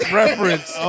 reference